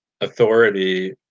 authority